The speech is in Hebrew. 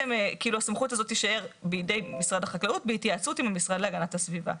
הסמכות הזאת תישאר בידי משרד החקלאות בהתייעצות עם משרד להגנת הסביבה.